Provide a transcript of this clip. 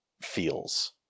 feels